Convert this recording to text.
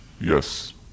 Yes